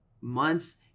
months